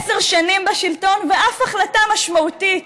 עשר שנים בשלטון ואף החלטה משמעותית